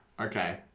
Okay